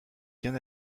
bien